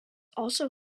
also